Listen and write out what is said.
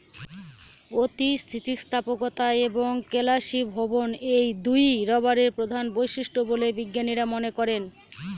অতি স্থিতিস্থাপকতা এবং কেলাসীভবন এই দুইই রবারের প্রধান বৈশিষ্ট্য বলে বিজ্ঞানীরা মনে করেন